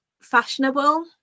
fashionable